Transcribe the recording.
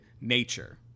nature